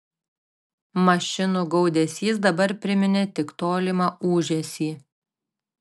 mašinų gaudesys dabar priminė tik tolimą ūžesį